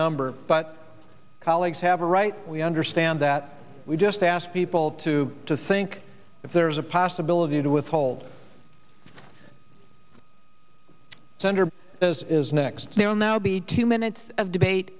number but colleagues have a right we understand that we just ask people to to think if there's a possibility to withhold two hundred as is next there will now be two minutes of debate